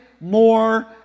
more